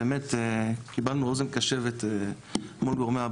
באמת קיבלנו אוזן קשבת מול גורמי הבט"פ.